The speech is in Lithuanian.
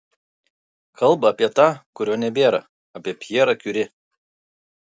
kalba apie tą kurio nebėra apie pjerą kiuri